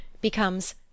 becomes